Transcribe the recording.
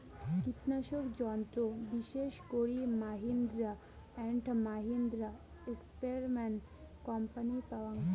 কীটনাশক যন্ত্র বিশেষ করি মাহিন্দ্রা অ্যান্ড মাহিন্দ্রা, স্প্রেয়ারম্যান কোম্পানির পাওয়াং